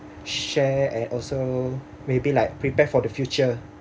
share and also maybe like prepare for the future